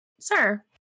Sir